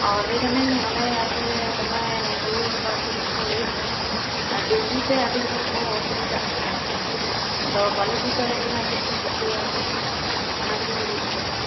ᱚ ᱞᱟᱹᱭ ᱮᱫᱟᱞᱤᱧ ᱟᱞᱮ ᱟᱹᱛᱩ ᱨᱮ ᱫᱚᱢᱮ ᱨᱩᱭᱟᱹ ᱠᱚ ᱦᱟᱹᱥᱩ ᱠᱚ ᱦᱩᱭᱩᱜ ᱠᱟᱱᱟ ᱰᱤᱝᱜᱩ ᱛᱮ ᱟᱹᱰᱤ ᱦᱚᱲ ᱠᱚ ᱚᱥᱩᱵᱤᱫᱷᱟᱜ ᱠᱟᱱᱟ ᱟᱨᱠᱤ ᱟᱫᱚ ᱵᱟᱞᱮ ᱵᱩᱡ ᱫᱟᱲᱮᱭᱟᱜ ᱠᱟᱱᱟ ᱪᱮᱫ ᱞᱮ ᱪᱤᱠᱟᱹᱭᱟ ᱚᱱᱟ ᱜᱮᱞᱤᱧ ᱞᱟᱹᱭᱮᱫ ᱛᱟᱦᱮᱸᱱᱟ